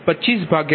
25 Pg251005012